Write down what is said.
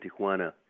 Tijuana